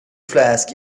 flask